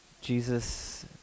Jesus